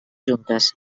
juntes